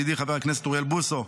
ידידי חבר הכנסת אוריאל בוסו,